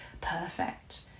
perfect